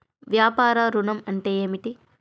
వ్యాపార ఋణం అంటే ఏమిటి?